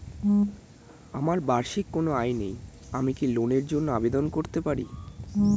আমার বার্ষিক কোন আয় নেই আমি কি লোনের জন্য আবেদন করতে পারি?